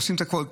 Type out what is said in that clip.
עושים את הכול.